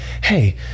hey